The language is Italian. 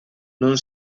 non